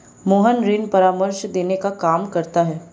मोहन ऋण परामर्श देने का काम करता है